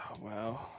Wow